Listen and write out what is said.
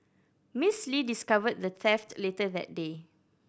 Miss Lee discovered the theft later that day